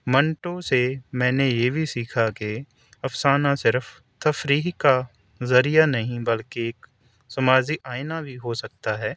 منٹوں سے میں نے یہ بھی سیکھا کہ افسانہ صرف تفریح کا ذریعہ نہیں بلکہ ایک سماجی آئینہ بھی ہو سکتا ہے